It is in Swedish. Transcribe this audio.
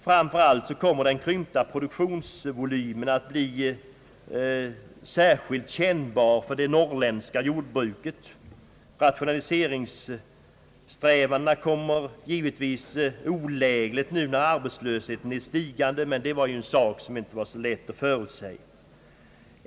Framför allt kommer den krympta produktionsvolymen att bli särskilt kännbar för det norrländska jordbruket. Rationaliseringssträvandena kommer givetvis olägligt nu när arbetslösheten är i stigande, men det var ju inte lätt att förutsäga.